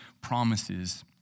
promises